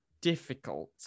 difficult